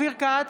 אופיר כץ,